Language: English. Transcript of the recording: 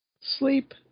Sleep